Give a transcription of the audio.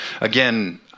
again